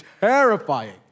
terrifying